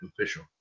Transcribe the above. official